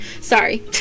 Sorry